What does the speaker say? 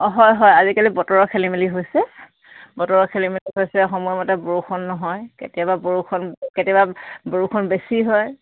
অঁ হয় হয় আজিকালি বতৰৰ খেলি মেলি হৈছে বতৰৰ খেলি মেলি হৈছে সময়মতে বৰষুণ নহয় কেতিয়াবা বৰষুণ কেতিয়াবা বৰষুণ বেছি হয়